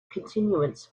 continuance